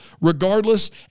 regardless